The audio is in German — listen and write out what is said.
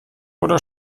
oder